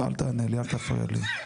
אל תענה לי, אל תפריע לי.